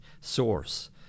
source